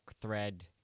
thread